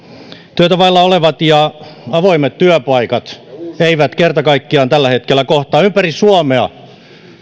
työtä vailla olevat ja avoimet työpaikat eivät kerta kaikkiaan tällä hetkellä kohtaa ympäri suomea